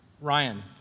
Ryan